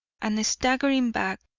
and staggering back,